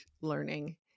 learning